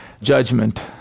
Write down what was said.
judgment